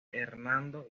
hernando